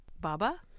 Baba